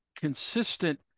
consistent